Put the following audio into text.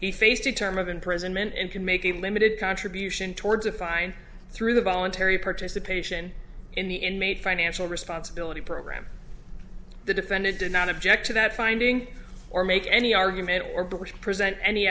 he faced a term of imprisonment and can make a limited contribution towards a fine through the voluntary participation in the inmate financial responsibility program the defendant did not object to that finding or make any argument or bush present any